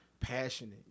passionate